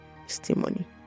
testimony